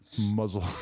muzzle